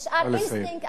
נא לסיים.